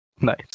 nice